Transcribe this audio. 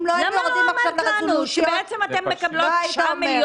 אם לא --- למה לא אמרת לנו --- 9 מיליון,